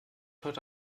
heute